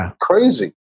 crazy